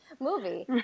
movie